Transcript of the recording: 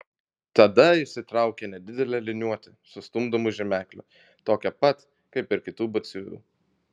tada išsitraukė nedidelę liniuotę su stumdomu žymekliu tokią pat kaip ir kitų batsiuvių